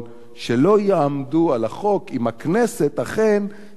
שלא יעמדו על החוק אם הכנסת אכן תחליט